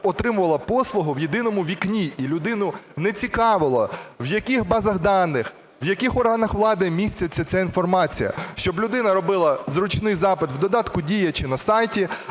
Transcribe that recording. отримувала послугу в "Єдиному вікні", і людину не цікавило, в яких базах даних, в яких органах влади міститься ця інформація. Щоб людина робила зручний запит в додатку Дія чи на сайті,